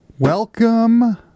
Welcome